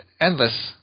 endless